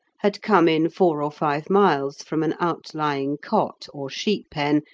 had come in four or five miles from an out-lying cot, or sheep-pen,